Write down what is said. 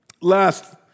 Last